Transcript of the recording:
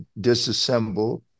disassemble